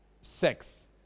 sex